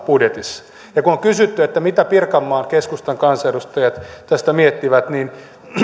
budjetissa ja kun on kysytty mitä pirkanmaan keskustan kansanedustajat tästä miettivät niin